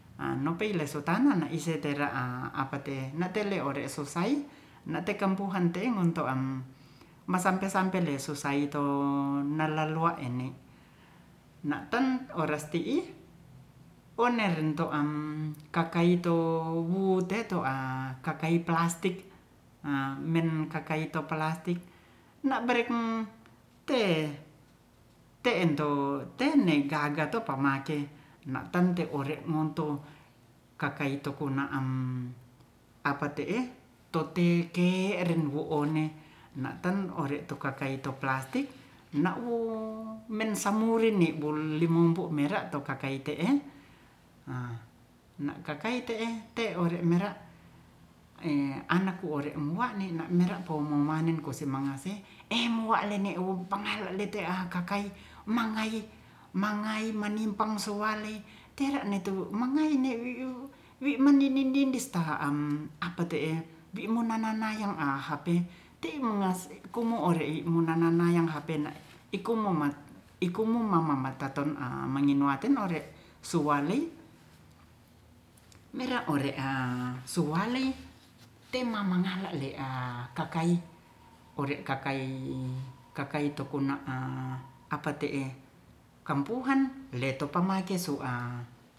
A nopeile sutana naise tera'a apate nteleore susai natekempuhan teingnotoan masampe-sampe lesu susaito nalaluwa ene nata' oras ti'i oreemto'an kakaito wuteto'a kakai plastik men kakaito pelastik na'beker te te'en tone gaga to pamake ma'tante ore'moto kakaito kuna'an apa te'e tote ke'ren wo'one na'ten ore tu'kakaito pelastik na'wu mensawurini bulimumpumerak tokakaite'e a na'kakaite'e anak ku ore muwani na'merak poumumanen kosimangaseh eh muale'newu pangaleh lete'a kakai mangai- manimpang sowale tere'netu mangai ne wewiu wi manindi-nidi sta am apa te'e bi mononai-nai hang ape ti' mengaseh kumore'e munanayang hape na'iku mu ikumumamat taton a manginuwaten ore' suwalei mera'ore'a suwalei tema mangalahle'a kakai ore'kakai kakaitokun na'a apa te'e kampuhan leto pamake suha